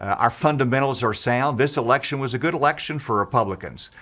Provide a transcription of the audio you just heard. our fundamentals are sound. this election was a good election for republicans.